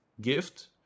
gift